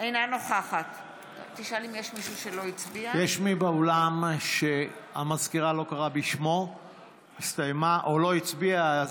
אינה נוכחת יש מי באולם שהמזכירה לא קראה בשמו או לא הצביע?